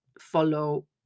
follow